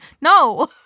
No